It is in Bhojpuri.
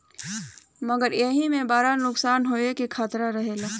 मगर एईमे बड़ा नुकसान होवे के खतरा रहेला